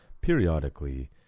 periodically